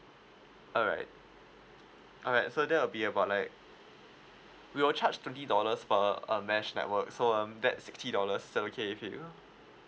alright alright so that will be about like we will charge twenty dollars for uh a mesh network so um that's sixty dollars is that okay with you